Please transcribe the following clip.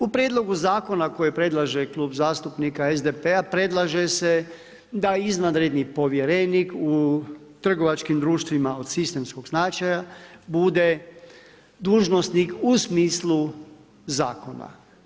U prijedlogu zakona koji predlaže Klub zastupnika SDP-a predlaže se da izvanredni povjerenik u trgovačkim društvima od sistemskog značaja bude dužnosnik u smislu zakona.